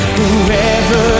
Whoever